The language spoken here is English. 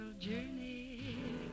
journey